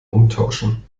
umtauschen